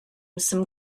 some